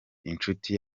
inshuti